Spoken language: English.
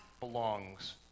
belongs